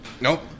Nope